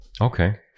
Okay